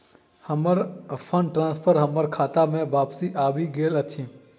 हमर fund transfer हमर खाता मे बापस आबि गइल अछि